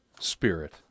Spirit